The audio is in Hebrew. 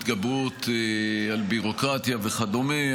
התגברות על ביורוקרטיה וכדומה.